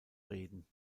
reden